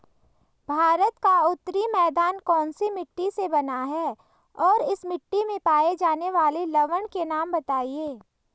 भारत का उत्तरी मैदान कौनसी मिट्टी से बना है और इस मिट्टी में पाए जाने वाले लवण के नाम बताइए?